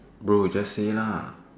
Bro just say lah